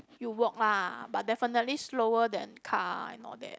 you walk lah but definitely slower than car and all that